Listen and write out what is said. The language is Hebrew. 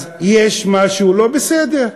יש משהו לא בסדר.